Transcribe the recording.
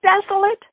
desolate